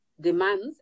demands